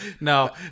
No